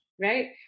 right